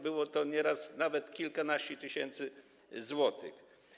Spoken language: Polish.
Było to nieraz nawet kilkanaście tysięcy złotych.